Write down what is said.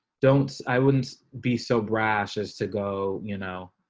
don't i wouldn't be so brash is to go, you know,